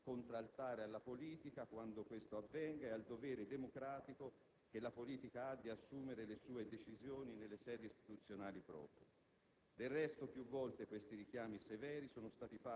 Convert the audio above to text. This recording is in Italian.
È stato criticato un volersi porre come contraltare alla politica, quando questo avvenga, e al dovere democratico che la politica abbia ad assumere le sue decisioni nelle sedi istituzionali proprie.